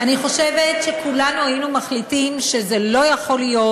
אני חושבת שכולנו היינו מחליטים שזה לא יכול להיות,